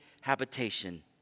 habitation